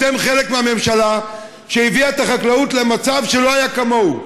אתם חלק מהממשלה שהביאה את החקלאות למצב שלא היה כמוהו.